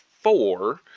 four